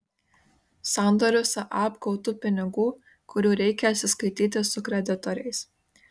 sandoriu saab gautų pinigų kurių reikia atsiskaityti su kreditoriais